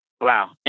Wow